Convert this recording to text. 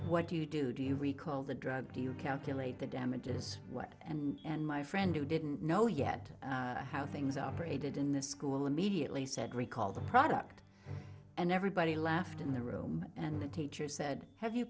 what do you do do you recall the drug do you calculate the damage is what and my friend who didn't know yet how things operate in this school immediately said recall the product and everybody laughed in the room and the teacher said have you